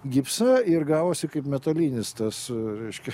gipsą ir gavosi kaip metalinis tas reiškia